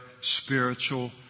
spiritual